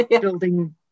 building